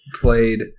played